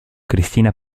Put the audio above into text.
cristina